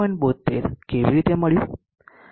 72 કેવી રીતે મળ્યું